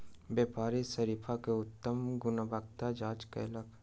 व्यापारी शरीफा के उत्तम गुणवत्ताक जांच कयलक